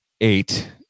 eight